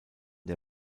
der